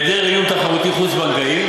מהיעדר איום תחרותי חוץ-בנקאי